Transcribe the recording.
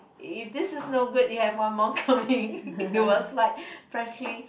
if this is not good you have one more coming it was like freshly